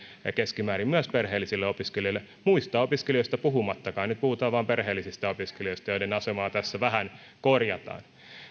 keskimäärin myös perheellisille opiskelijoille muista opiskelijoista puhumattakaan nyt puhutaan vain perheellisistä opiskelijoista joiden asemaa tässä vähän korjataan